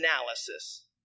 analysis